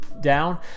down